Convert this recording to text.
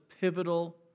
pivotal